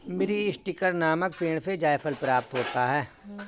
मीरीस्टिकर नामक पेड़ से जायफल प्राप्त होता है